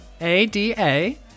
A-D-A